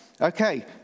Okay